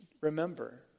remember